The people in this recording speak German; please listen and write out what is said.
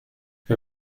wir